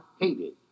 hated